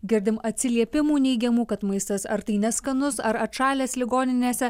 girdim atsiliepimų neigiamų kad maistas ar tai neskanus ar atšalęs ligoninėse